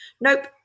Nope